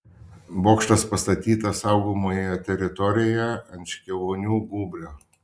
bokštas pastatytas saugomoje teritorijoje ant škėvonių gūbrio